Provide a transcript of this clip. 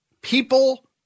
People